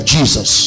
Jesus